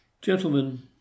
Gentlemen